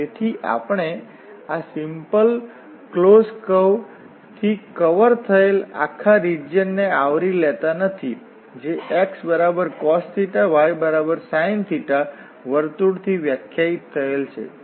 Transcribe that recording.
તેથી આપણે આ સિમ્પલ ક્લોસ્ડ કર્વ થી કવર થયેલ આખા રિજીયન ને આવરી લેતા નથી જે xcos ysin વર્તુળ થી વ્યાખ્યાયિત થયેલ છે